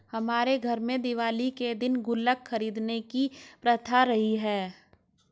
हमारे घर में दिवाली के दिन गुल्लक खरीदने की प्रथा रही है